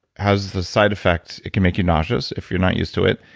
has the side effect. it can make you nauseous if you're not used to it.